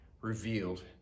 revealed